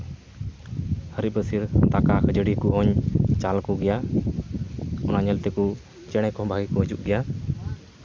ᱦᱟᱹᱨᱤᱵᱟᱹᱥᱭᱟᱹ ᱫᱟᱠᱟ ᱠᱷᱟᱹᱡᱟᱲᱤ ᱠᱚᱦᱚᱸᱧ ᱪᱟᱞᱟᱠᱚ ᱜᱮᱭᱟ ᱚᱱᱟ ᱧᱮᱞᱛᱮᱠᱚ ᱪᱮᱬᱮ ᱦᱚᱸ ᱵᱷᱟᱜᱮ ᱠᱚ ᱦᱟᱹᱡᱩᱜ ᱜᱮᱭᱟ